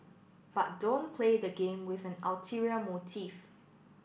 but don't play the game with an ulterior motive